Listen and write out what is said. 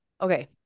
Okay